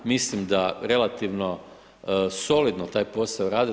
Mislim da relativno solidno taj posao radi.